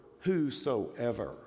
whosoever